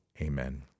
Amen